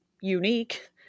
unique